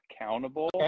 accountable